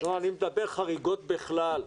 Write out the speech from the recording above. אני מדבר על חריגות בכלל.